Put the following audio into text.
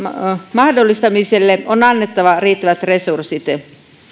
mahdollistamiselle on annettava riittävät resurssit